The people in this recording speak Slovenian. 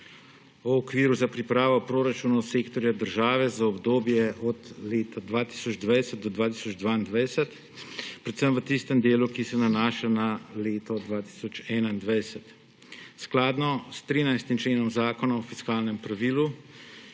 o okviru za pripravo proračunov sektorja država za obdobje od 2020 do 2022 predvsem v tistem delu, ki se nanaša na leto 2021. Skladno s 13. členom Zakona o fiskalnem pravilu